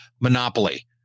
Monopoly